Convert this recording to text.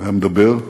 היה מדבר,